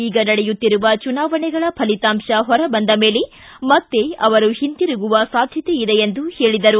ಈಗ ನಡೆಯುತ್ತಿರುವ ಚುನಾವಣೆಗಳ ಫಲಿತಾಂಶ ಹೊರ ಬಂದ ಮೇಲೆ ಮತ್ತೆ ಅವರು ಹಿಂತಿರುಗುವ ಸಾಧ್ಯತೆ ಇದೆ ಎಂದರು